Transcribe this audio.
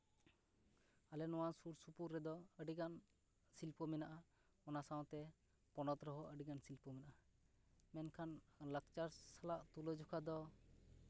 ᱟᱞᱮ ᱱᱚᱣᱟ ᱥᱩᱨ ᱥᱩᱯᱩᱨ ᱨᱮᱫᱚ ᱟᱹᱰᱤᱜᱟᱱ ᱥᱤᱞᱯᱚ ᱢᱮᱱᱟᱜᱼᱟ ᱚᱱᱟ ᱥᱟᱶᱛᱮ ᱯᱚᱱᱚᱛ ᱨᱮᱦᱚᱸ ᱟᱹᱰᱤᱜᱟᱱ ᱥᱤᱞᱯᱚ ᱢᱮᱱᱟᱜᱼᱟ ᱢᱮᱱᱠᱷᱟᱱ ᱞᱟᱠᱪᱟᱨ ᱥᱟᱞᱟᱜ ᱛᱩᱞᱟᱹᱡᱚᱠᱷᱟ ᱫᱚ